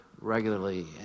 Regularly